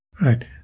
Right